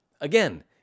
Again